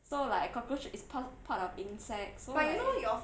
so like cockroach is part part of insects so like finally your fear for right